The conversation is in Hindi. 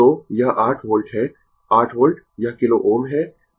तो यह 8 वोल्ट है 8 वोल्ट यह किलो Ω है